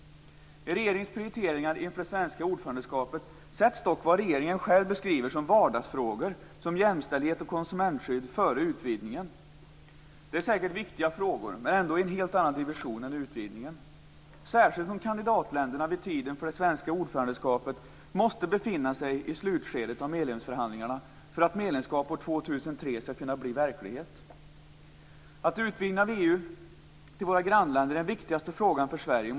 I regeringens prioriteringar inför det svenska ordförandeskapet sätts dock vad regeringen själv beskriver som vardagsfrågor, som jämställdhet och konsumentskydd, före utvidgningen. Det är säkert viktiga frågor, men de är ändå av en helt annan dimension än utvidgningen. Det gäller särskilt som kandidatländerna vid tiden för det svenska ordförandeskapet måste befinna sig i slutskedet av medlemsförhandlingarna för att medlemskap år 2003 skall kunna bli verklighet. Det måste tydligt markeras att utvidgningen av EU till att omfatta våra grannländer är den viktigaste frågan för Sverige.